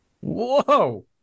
Whoa